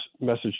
message